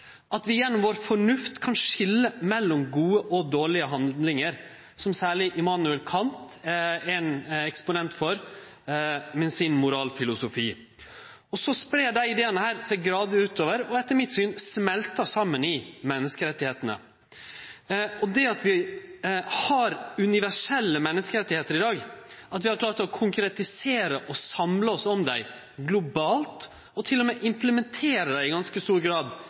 at vi gjennom fornufta vår kan skilje mellom gode og dårlege handlingar. Særleg Immanuel Kant er ein eksponent for dette med moralfilosofen sin. Så spreier desse ideane seg gradvis utover, og etter mitt syn smeltar dei saman i menneskerettane. Det at vi har universelle menneskerettar i dag – at vi har klart å konkretisere og samle oss om dei globalt og til og med å implementere dei i ganske stor grad